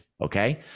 Okay